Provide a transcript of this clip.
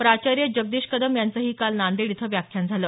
प्राचार्य जगदीश कदम यांचंही काल नांदेड इथं व्याख्यान झालं